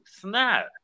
snap